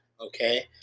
Okay